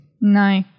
No